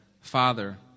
Father